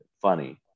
funny